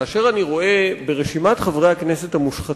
כאשר אני רואה ברשימת חברי הכנסת המושחתים,